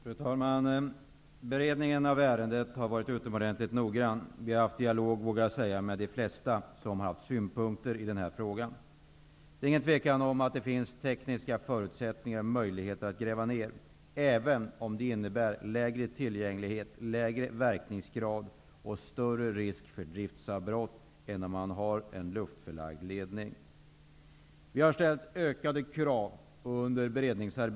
Fru talman! Beredningen av ärendet har varit utomordentligt noggrann. Vi har, vågar jag säga, haft dialog med de flesta som har haft synpunkter i den här frågan. Det är inget tvivel om att det finns tekniska möjligheter att gräva ned kabeln, även om det innebär mindre tillgänglighet, mindre verkningsgrad och större risk för driftsavbrott än om man har en luftförlagd ledning. Vi har under beredningsarbetet ställt ökade krav.